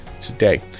today